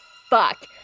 fuck